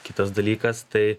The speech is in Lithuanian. kitas dalykas tai